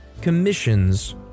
commissions